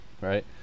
right